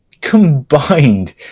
combined